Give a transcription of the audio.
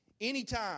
Anytime